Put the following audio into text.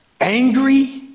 angry